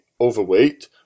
overweight